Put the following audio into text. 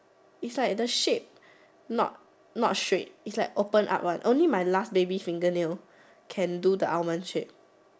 is like the shape not not straight is like open up one only my last baby fingernail can do the almond shape